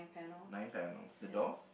nine panel the door